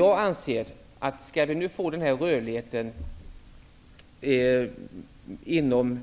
Jag anser att om vi skall få denna rörlighet inom